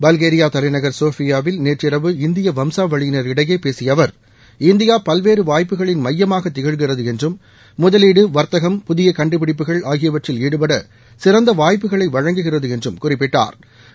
Bulgaria தலைநகர் சோபியாவில் நேற்று இரவு இந்திய வம்சாவளியினரிடையே பேசிய அவர் இந்தியா பல்வேற வாய்ப்புகளின் மையமாக திஷ்கிறது என்றும் முதகீடு வாத்தகம் புதிய கண்டுபிடிப்புகள் ஆகியவற்றில் ஈடுபட சிறந்த வாய்ப்புக்களை வழங்குகிறது என்றும் குறிப்பிட்டாா்